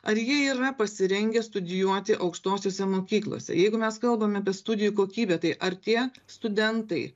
ar jie yra pasirengę studijuoti aukštosiose mokyklose jeigu mes kalbame apie studijų kokybę tai ar tie studentai